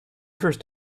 first